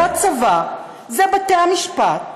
זה הצבא, זה בתי המשפט,